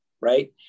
Right